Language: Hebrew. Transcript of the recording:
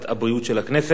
הנושא הבא על סדר-היום: